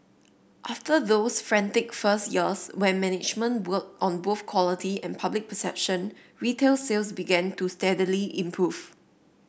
after those frantic first years when management worked on both quality and public perception retail sales began to steadily improve